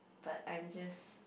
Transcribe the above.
but I'm just